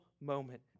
moment